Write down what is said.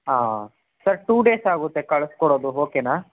ಹಾಂ sir two days ಆಗುತ್ತೆ ಕಳ್ಸಿಕೊಡೋದು ಓಕೇನಾ